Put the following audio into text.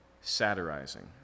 satirizing